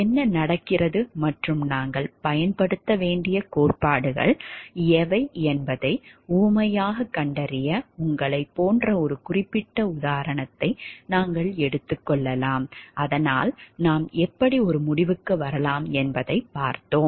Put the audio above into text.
என்ன நடக்கிறது மற்றும் நாங்கள் பயன்படுத்த வேண்டிய கோட்பாடுகள் எவை என்பதை உவமையாகக் கண்டறிய உங்களைப் போன்ற ஒரு குறிப்பிட்ட உதாரணத்தை நாங்கள் எடுத்துக் கொள்ளலாம் அதனால் நாம் எப்படி ஒரு முடிவுக்கு வரலாம் என்பதைப் பார்க்கலாம்